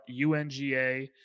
UNGA